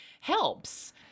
helps